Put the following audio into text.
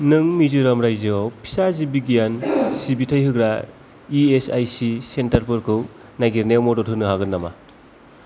नों मिज'राम रायजोआव फिसा जिब बिगियान सिबिथाय होग्रा इ एस आइ सि सेन्टारफोरखौ नागिरनायाव मदद होनो हागोन नामा